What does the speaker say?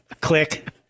Click